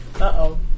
Uh-oh